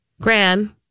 Gran